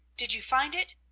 did you find it?